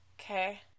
Okay